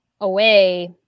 away